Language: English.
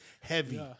Heavy